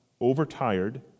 overtired